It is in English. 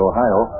Ohio